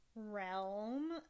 Realm